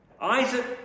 Isaac